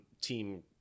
team